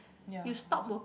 you stop working